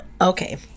Okay